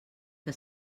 que